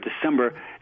December